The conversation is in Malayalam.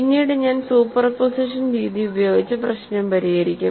പിന്നീട് ഞാൻ സൂപ്പർപോസിഷൻ രീതി ഉപയോഗിച്ച് പ്രശ്നം പരിഹരിക്കും